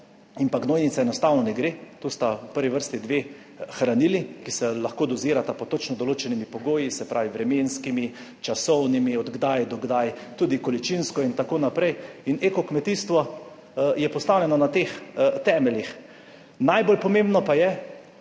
in pa gnojnica enostavno ne gre. To sta v prvi vrsti dve hranili, ki se lahko dozirata pod točno določenimi pogoji, se pravi vremenskimi, časovnimi, od kdaj do kdaj, tudi količinsko in tako naprej. In eko kmetijstvo je postavljeno na teh temeljih. Najbolj pomembno pa je